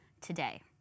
today